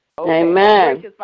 Amen